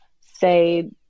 say